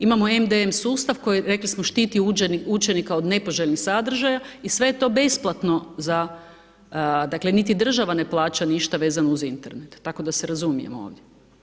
Imamo MDM sustav, koji rekli, smo štiti učenika od nepoželjnih sadržaja i sve je to besplatno za, dakle ni država ne plaća ništa vezano uz Internet, tako da se razumijemo ovdje.